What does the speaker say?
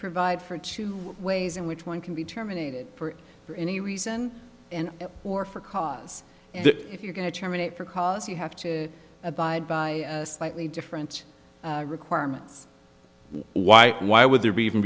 provide for two ways in which one can be terminated for any reason and or for cause and that if you're going to terminate for cause you have to abide by slightly different requirements why why would there be even